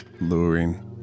luring